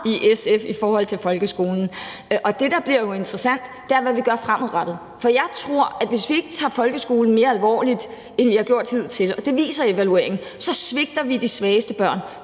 i SF i forhold til folkeskolen. Det, der bliver interessant, er, hvad vi gør fremadrettet. Jeg tror, at hvis ikke vi tager folkeskolen mere alvorligt, end vi har gjort hidtil, det viser evalueringen, så svigter vi de svageste børn,